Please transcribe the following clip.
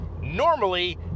Normally